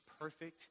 perfect